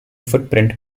footprint